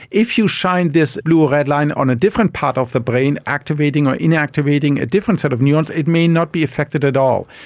if you shine this blue or red light on a different part of the brain, activating or inactivating a different set of neurons, it may not be affected at all.